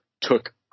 took